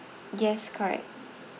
yes correct